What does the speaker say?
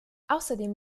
außerdem